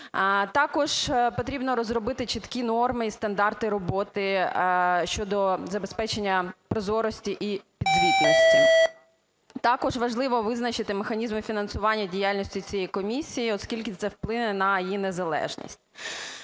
Також потрібно розробити чіткі норми і стандарти роботи щодо забезпечення прозорості і звітності. Також важливо визначити механізми фінансування діяльності цієї комісії, оскільки це вплине на її незалежність.